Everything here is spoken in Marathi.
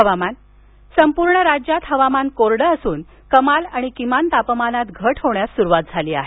हवामान संपूर्ण राज्यात हवामान कोरडं असून कमाल आणि किमान तापमानात घट होण्यास सुरूवात झाली आहे